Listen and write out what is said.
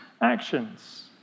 actions